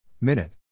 Minute